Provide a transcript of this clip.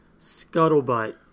scuttlebutt